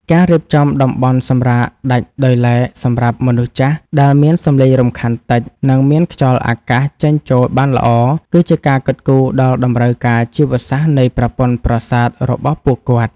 ការរៀបចំតំបន់សម្រាកដាច់ដោយឡែកសម្រាប់មនុស្សចាស់ ដែលមានសម្លេងរំខានតិច និងមានខ្យល់អាកាសចេញចូលបានល្អ គឺជាការគិតគូរដល់តម្រូវការជីវសាស្ត្រនៃប្រព័ន្ធប្រសាទរបស់ពួកគាត់។